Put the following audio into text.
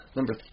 Number